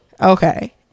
Okay